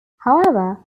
however